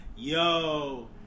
Yo